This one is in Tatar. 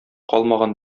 калмаган